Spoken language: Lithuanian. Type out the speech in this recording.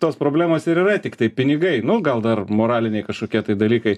tos problemos ir yra tiktai pinigai nu gal dar moraliniai kažkokie tai dalykai